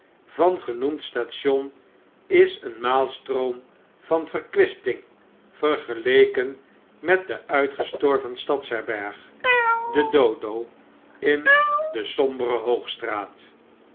eestauratie kamervangenoemd station is een maalstroom van verkwisting vergeleken met de uitgestorven stads herberg de dodo in de sombere hoogstraat